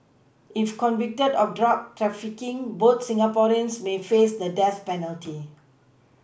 if convicted of drug trafficking both Singaporeans may face the death penalty